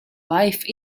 life